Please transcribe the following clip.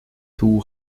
two